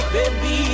Baby